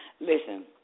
listen